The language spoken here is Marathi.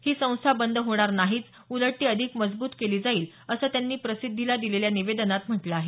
ही संस्था बंद होणार नाहीच उलट ती अधिक मजबूत केली जाईल असं त्यांनी प्रसिद्धीली दिलेल्या निवेदनात म्हटलं आहे